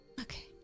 Okay